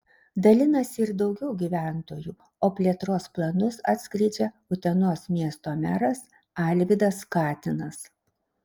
dalinasi ir daugiau gyventojų o plėtros planus atskleidžia utenos miesto meras alvydas katinas